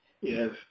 Yes